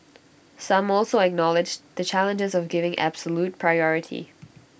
some also acknowledged the challenges of giving absolute priority